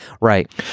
Right